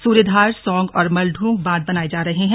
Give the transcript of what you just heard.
सूर्यधार सौंग और मलदूग बांध बनाये जा रहे हैं